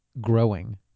growing